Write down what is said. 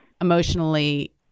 emotionally